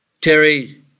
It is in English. Terry